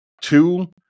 two